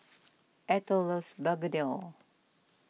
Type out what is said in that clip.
Ethyl loves Begedil